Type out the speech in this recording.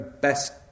best